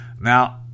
Now